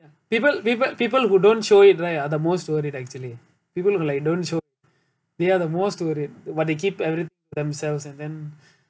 ya people people people who don't show it right are the most worried actually people who like don't show they are the most worried what they keep everything to themselves and then